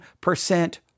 percent